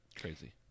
Crazy